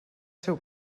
seu